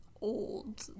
old